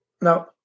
No